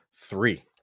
three